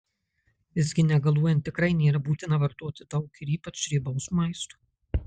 visgi negaluojant tikrai nėra būtina vartoti daug ir ypač riebaus maisto